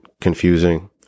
confusing